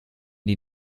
die